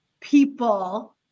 people